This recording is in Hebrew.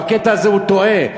בקטע הזה הוא טועה.